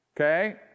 Okay